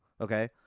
okay